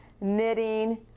knitting